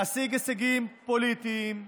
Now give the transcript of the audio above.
להשיג הישגים פוליטיים,